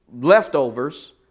leftovers